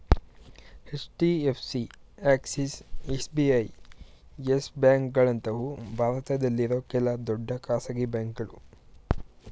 HDFC, Axis, SBI, Yes ಬ್ಯಾಂಕ್ಗಳಂತವು ಭಾರತದಲ್ಲಿರೋ ಕೆಲ ದೊಡ್ಡ ಖಾಸಗಿ ಬ್ಯಾಂಕುಗಳು